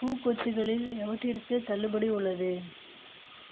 பூக்கொத்துகளில் எவற்றிற்கு தள்ளுபடி உள்ளது